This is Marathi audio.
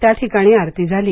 त्या ठिकाणी आरती झाली